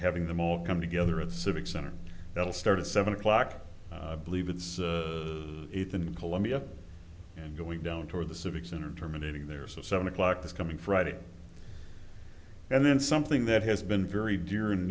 having them all come together at the civic center that will start at seven o'clock believe it's eight in columbia and going down toward the civic center terminating their seven o'clock this coming friday and then something that has been very dear and